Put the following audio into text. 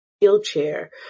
wheelchair